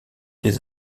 des